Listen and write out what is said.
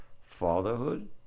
fatherhood